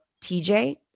TJ